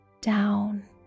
down